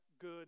good